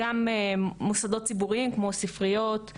גם מוסדות ציבוריים כמו ספריות,